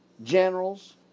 Generals